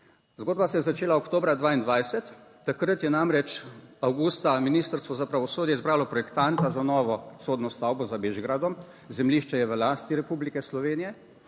Zgodba se je začela oktobra 2022, takrat je namreč avgusta Ministrstvo za pravosodje izbralo projektanta za novo sodno stavbo za Bežigradom. Zemljišče je v lasti Republike Slovenije